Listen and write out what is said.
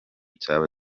cyaba